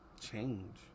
change